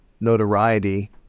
notoriety